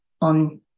on